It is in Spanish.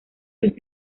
sus